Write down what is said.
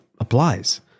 applies